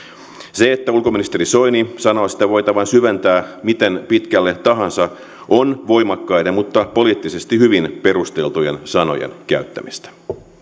se että ulkoministeri soini sanoo sitä voitavan syventää miten pitkälle tahansa on voimakkaiden mutta poliittisesti hyvin perusteltujen sanojen käyttämistä